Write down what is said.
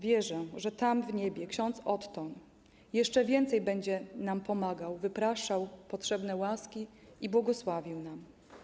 Wierzę, że tam w niebie ks. Otton jeszcze więcej będzie nam pomagał, wypraszał potrzebne łaski i błogosławił nam.